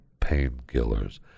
painkillers